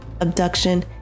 abduction